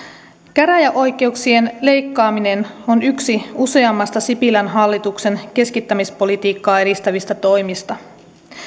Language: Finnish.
käräjäoikeuksien leikkaaminen on yksi useammasta sipilän hallituksen keskittämispolitiikkaa edistävistä toimista